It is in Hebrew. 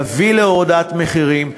יביא להורדת מחירים.